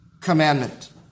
commandment